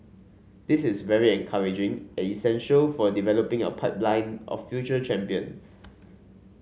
this is very encouraging and essential for developing our pipeline of future champions